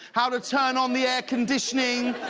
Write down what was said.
how to turn on the air conditioning.